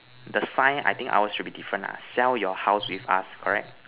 the sign I think ours should be different ah sell your house with us correct